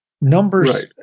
Numbers